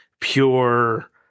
pure